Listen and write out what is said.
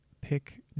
pick